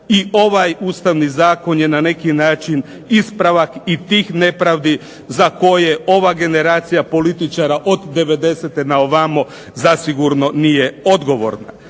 i ovaj Ustavni zakon je na neki način ispravak i tih nepravdi za koje ova generacija političara od '90.-te na ovamo zasigurno nije odgovorna.